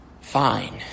fine